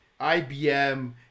ibm